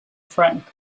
ffrainc